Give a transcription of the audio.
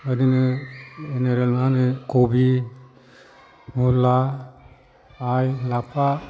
ओरैनो मा होनो कबि मुला लाइ लाफा